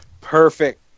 Perfect